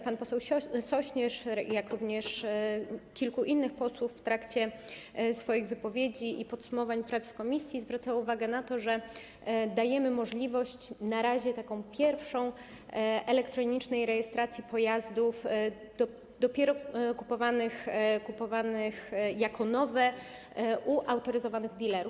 Pan poseł Sośnierz, jak również kilku innych posłów, w trakcie swoich wypowiedzi i podsumowań prac w komisji, zwracał uwagę na to, że dajemy możliwość, na razie pierwszą, elektronicznej rejestracji pojazdów dopiero kupowanych - jako nowe - u autoryzowanych dilerów.